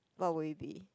what will it be